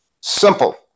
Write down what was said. Simple